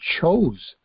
chose